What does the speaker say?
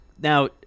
Now